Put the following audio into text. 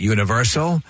Universal